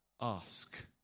ask